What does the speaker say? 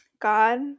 God